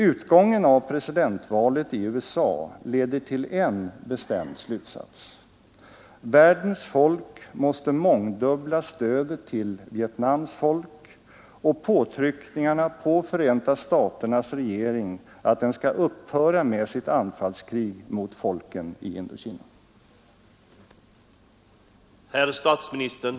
Utgången av presidentvalet i USA leder till en bestämd slutsats: Världens folk måste mångdubbla stödet till Vietnams folk och påtryckningarna på Förenta staternas regering att den skall upphöra med sitt anfallskrig mot folken i Indokina.